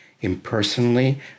impersonally